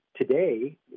today